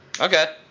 Okay